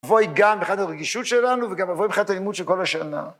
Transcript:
‫אבוי גם מבחינת הרגישות שלנו, ‫וגם אבוי מבחינת הלימוד של כל השנה.